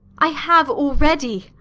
i have already.